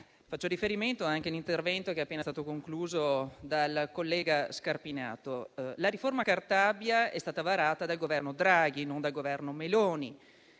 Faccio riferimento anche all'intervento appena concluso dal collega Scarpinato. La riforma Cartabia è stata varata dal Governo Draghi e non dal Governo Meloni.